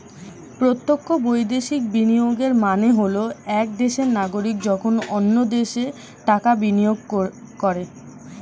প্রত্যক্ষ বৈদেশিক বিনিয়োগের মানে হল এক দেশের নাগরিক যখন অন্য দেশে টাকা বিনিয়োগ করে